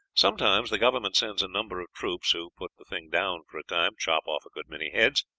sometimes the government sends a number of troops, who put the thing down for a time, chop off a good many heads,